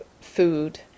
food